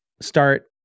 start